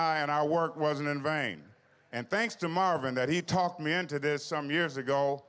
i and our work wasn't in vain and thanks to marvin that he talked me into this some years ago